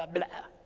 but blah.